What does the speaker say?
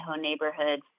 neighborhood